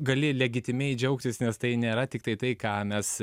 gali legitimiai džiaugtis nes tai nėra tiktai tai ką mes